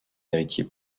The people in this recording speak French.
hériter